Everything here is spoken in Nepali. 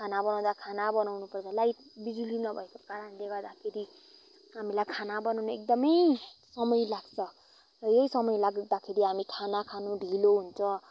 खाना बनाउँदा खाना बनाउनु पर्छ लाइट बिजुली नभएको कारणले गर्दाखेरि हामीलाई खाना बनाउनु एकदमै समय लाग्छ र यही समय लग्दाखेरि हामी खाना खानु ढिलो हुन्छ